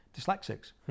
dyslexics